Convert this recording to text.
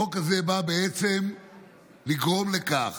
החוק הזה בא בעצם לגרום לכך